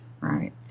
right